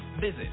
Visit